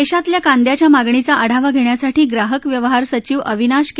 देशातल्या कांद्याच्या मागणीचा आढावा घेण्यासाठी ग्राहक व्यवहार सचिव अविनाश के